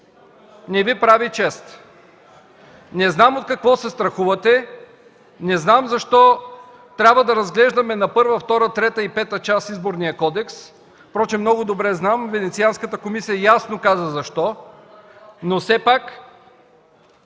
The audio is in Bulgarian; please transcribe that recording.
(Реплики от КБ.) Не знам от какво се страхувате, не знам защо трябва да разглеждаме първа, втора, трета и пета част на Изборния кодекс. Впрочем много добре знам – Венецианската комисия ясно каза защо, но все пак